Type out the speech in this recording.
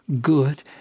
good